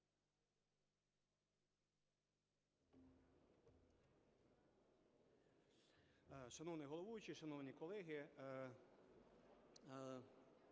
Дякую.